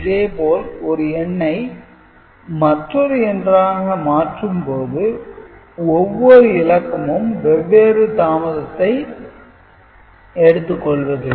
அதேபோல ஒரு எண்ணை மற்றொரு எண்ணாக மாற்றும் போது ஒவ்வொரு இலக்கமும் வெவ்வேறு தாமதத்தை எடுத்துக் கொள்வதில்லை